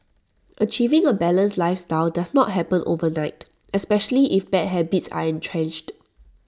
achieving A balanced lifestyle does not happen overnight especially if bad habits are entrenched